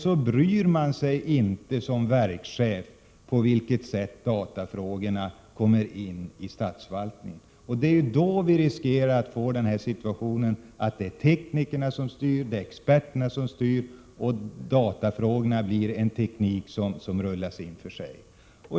Sedan bryr man sig som verkschef inte om på vilket sätt datafrågorna kommer in i statsförvaltningen. Det är då vi riskerar att hamna i situationen att teknikerna och experterna styr och datatekniken blir någonting som rullas in för sig.